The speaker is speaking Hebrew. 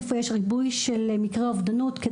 איפה יש ריבוי של מקרי אובדנות.